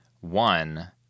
One